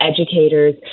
educators